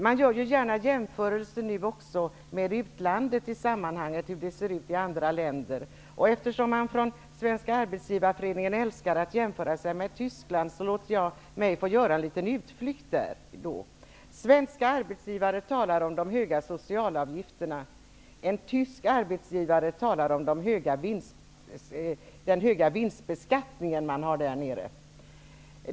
Man gör nu gärna jämförelser med utlandet i sammanhanget. Eftersom man från Svenska arbetsgivareföreningen älskar att jämföra sig med Tyskland gör jag en liten utflykt dit. Svenska arbetsgivare talar om de höga socialavgifterna. En tysk arbetsgivare talar om den höga vinstbeskattningen som man har.